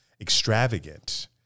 extravagant